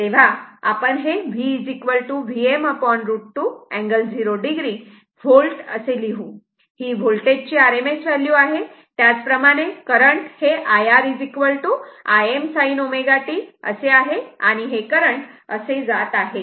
तेव्हा आपण हे V Vm√ 2 angle 0 o V असे लिहू ही होल्टेज ची RMS व्हॅल्यू आहे त्याचप्रमाणे current IR Im sin ω t असे आहे हे करंट असे जात आहे